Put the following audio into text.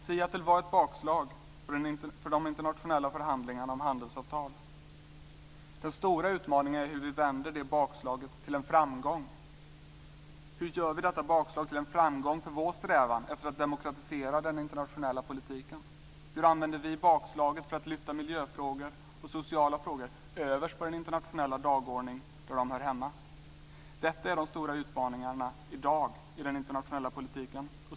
Seattle var ett bakslag för de internationella förhandlingarna om handelsavtal. Den stora utmaningen är hur vi vänder det bakslaget till en framgång. Hur gör vi detta bakslag till en framgång till vår strävan efter att demokratisera den internationella politiken? Hur använder vi bakslaget för att lyfta miljöfrågor och sociala frågor överst på den internationella dagordningen där de hör hemma? Detta är en av de stora utmaningarna i dag i den internationella politiken.